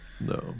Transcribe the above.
no